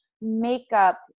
makeup